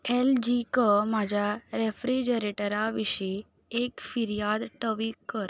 एलजीक म्हाज्या रॅफ्रिजरेटरा विशीं एक फिर्याद टवीक कर